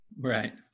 right